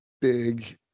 big